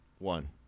One